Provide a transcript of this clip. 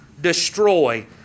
destroy